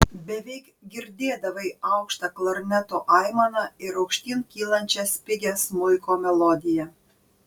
beveik girdėdavai aukštą klarneto aimaną ir aukštyn kylančią spigią smuiko melodiją